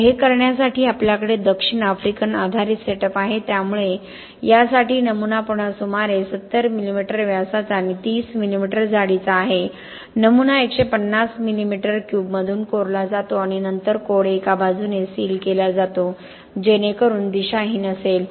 तर हे करण्यासाठी आपल्याकडे दक्षिण आफ्रिकन आधारित सेटअप आहे त्यामुळे यासाठी नमुना पुन्हा सुमारे 70 मिमी व्यासाचा आणि 30 मिमी जाडीचा आहे नमुना 150 मिमी क्यूबमधून कोरला जातो आणि नंतर कोड एका बाजूने सील केला जातो जेणेकरून दिशाहीन असेल